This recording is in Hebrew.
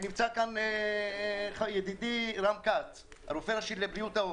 נמצא כאן ידידי רם כץ, הרופא הראשי לבריאות העוף,